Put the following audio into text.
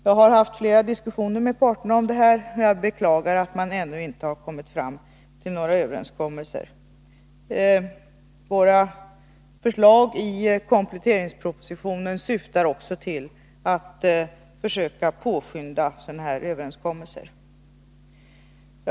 Jag har haft flera diskussioner med parterna om detta, och jag beklagar att man ännu inte har kommit fram till några överenskommelser. Våra förslag i kompletteringspropositionen syftar också till att försöka påskynda sådana överenskommelser.